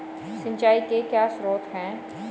सिंचाई के क्या स्रोत हैं?